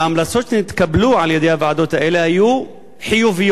ההמלצות שנתקבלו על-ידי הוועדות האלה היו חיוביות.